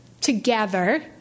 together